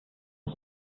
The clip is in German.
ist